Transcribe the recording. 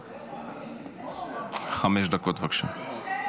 חמש דקות, בבקשה.